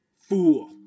fool